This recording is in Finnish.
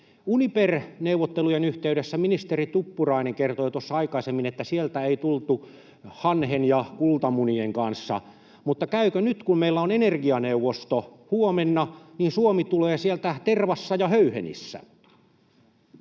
Uniper-neuvottelujen yhteydessä ministeri Tuppurainen kertoi tuossa aikaisemmin, että sieltä ei tultu hanhen ja kultamunien kanssa, mutta nyt kun meillä on energianeuvosto huomenna, käykö niin, että Suomi tulee sieltä tervassa ja höyhenissä?